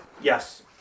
Yes